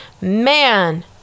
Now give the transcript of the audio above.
man